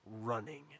running